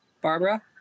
Barbara